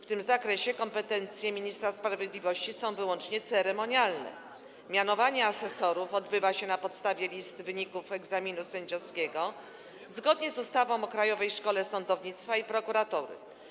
W tym zakresie kompetencje ministra sprawiedliwości są wyłącznie ceremonialne - mianowanie asesorów odbywa się na podstawie list wyników egzaminu sędziowskiego zgodnie z ustawą o Krajowej Szkole Sądownictwa i Prokuratury.